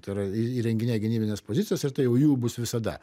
tai yra įrenginėja gynybines pozicijas ir tai jau jų bus visada